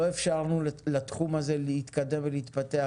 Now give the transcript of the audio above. לא אפשרנו לתחום הזה להתקדם ולהתפתח